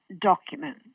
document